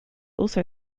also